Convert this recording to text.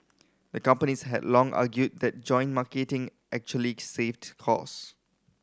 the companies had long argued that joint marketing actually saved cost